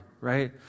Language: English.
right